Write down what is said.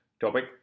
topic